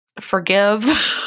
forgive